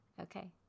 Okay